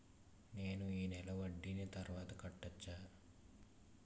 నేను ఈ నెల వడ్డీని తర్వాత కట్టచా?